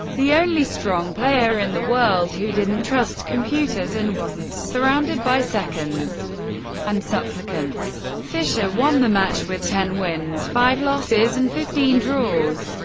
the only strong player in the world who didn't trust computers and wasn't surrounded by seconds and supplicants. fischer won the match with ten wins, five losses, and fifteen draws.